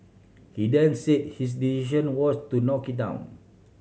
he then said his decision was to knock it down